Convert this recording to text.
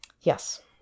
yes